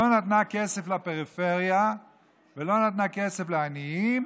לא נתנו כסף לפריפריה ולא נתנו כסף לעניים